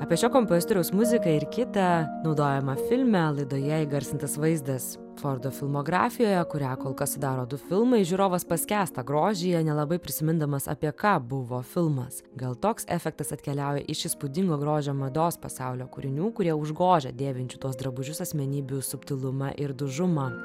apie šio kompozitoriaus muziką ir kitą naudojamą filme laidoje įgarsintas vaizdas fordo filmografijoje kurią kol kas sudaro du filmai žiūrovas paskęsta grožyje nelabai prisimindamas apie ką buvo filmas gal toks efektas atkeliauja iš įspūdingo grožio mados pasaulio kūrinių kurie užgožia dėvinčių tuos drabužius asmenybių subtilumą ir dužumą